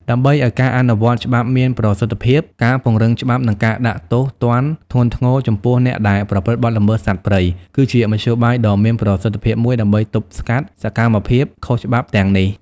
ដើម្បីឲ្យការអនុវត្តច្បាប់មានប្រសិទ្ធភាព ការពង្រឹងច្បាប់ និង ការដាក់ទោសទណ្ឌធ្ងន់ធ្ងរ ចំពោះអ្នកដែលប្រព្រឹត្តបទល្មើសសត្វព្រៃ គឺជាមធ្យោបាយដ៏មានប្រសិទ្ធភាពមួយដើម្បីទប់ស្កាត់សកម្មភាពខុសច្បាប់ទាំងនេះ។